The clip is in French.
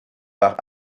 par